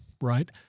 right